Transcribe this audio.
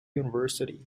universities